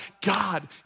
God